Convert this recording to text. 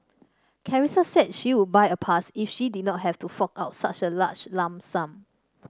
Carissa said she would buy a pass if she did not have to fork out such a large lump sum